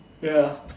ya